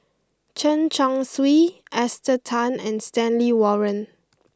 Chen Chong Swee Esther Tan and Stanley Warren